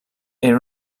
era